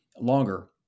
longer